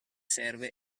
serve